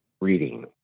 reading